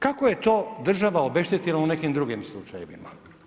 Kako je to država obeštetila u nekim drugim slučajevima?